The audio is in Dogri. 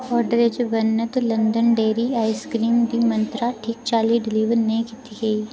आर्डर च बर्णत लंदन डेह्री आइसक्रीम दी मंत्तरा ठीक चाल्ली डलीवर नेईं कीती गेई